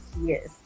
Yes